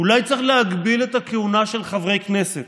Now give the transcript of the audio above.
אולי צריך להגביל את הכהונה של חברי כנסת.